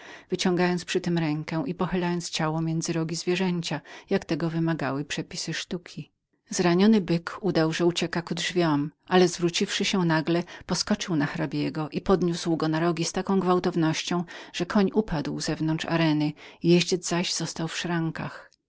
zaś przewinął rękę i pochylił ciało między rogi zwierzęcia jak tego wymagały przepisy sztuki zraniony byk udał że ucieka ku drzwiom ale zwracając się nagle poskoczył na hrabiego i podniósł go na rogi z taką gwałtownością że koń upadł zewnątrz on zaś został w szrankach